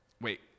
Wait